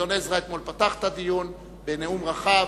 גדעון עזרא פתח את הדיון אתמול בנאום רחב,